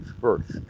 first